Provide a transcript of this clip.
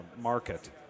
market